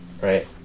right